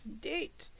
date